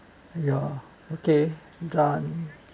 ya okay done